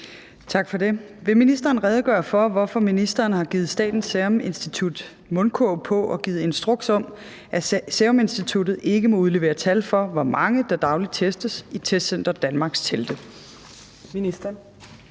(V)): Vil ministeren redegøre for, hvorfor ministeren har givet Statens Serum Institut mundkurv på og givet instruks om, at Seruminstituttet ikke må udlevere tal for, hvor mange der dagligt testes i Testcenter Danmarks telte? Skriftlig